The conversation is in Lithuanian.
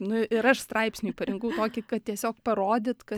taip nu ir aš straipsniui parinkau tokį kad tiesiog parodyt kad